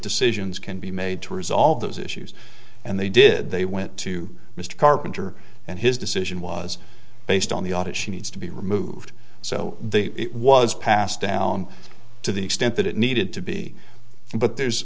decisions can be made to resolve those issues and they did they went to mr carpenter and his decision was based on the audit she needs to be removed so they it was passed down to the extent that it needed to be but there's